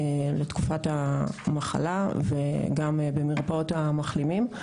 גם בתקופת המחה וגם במרפאות המחלימים.